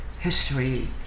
history